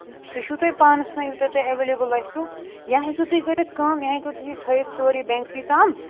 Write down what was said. سُہ چھُو تۄہہِ پانَس تام یوٗتاہ تۄہہِ اٮ۪وٮ۪لیبٕل آسیو یا ہیٚکِو تُہۍ کٔرِتھ کٲم یا ہیٚکِو تُہۍ یہِ تھٲیِتھ سورُے بٮ۪نٛکسٕے تام